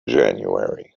january